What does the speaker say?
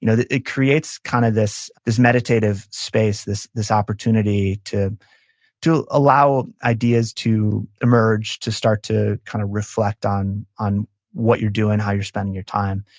you know it creates kind of this this meditative space, this this opportunity to to allow ideas to emerge, to start to kind of reflect on on what you're doing, how you're spending your time.